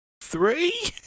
Three